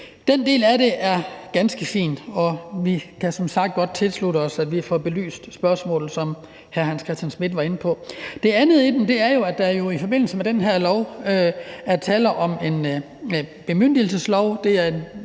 Den del af det er ganske fin, og vi kan som sagt godt tilslutte os, at vi får belyst spørgsmålet, som hr. Hans Christian Schmidt var inde på. Det andet i det er, at der jo i forbindelse med den her lov er tale om en bemyndigelseslov.